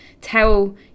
tell